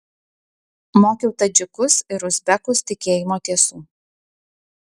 mokiau tadžikus ir uzbekus tikėjimo tiesų